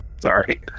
Sorry